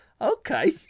okay